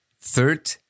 Third